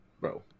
Bro